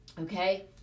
Okay